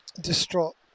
distraught